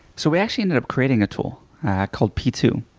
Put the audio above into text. so we actually ended up creating a tool called p two.